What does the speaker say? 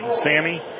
Sammy